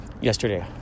yesterday